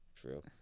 True